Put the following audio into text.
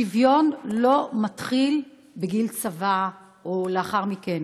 השוויון לא מתחיל בגיל צבא או לאחר מכן,